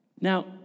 Now